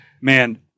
man